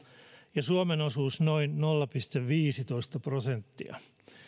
ja suomen osuus noin nolla pilkku viisitoista prosenttia